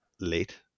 late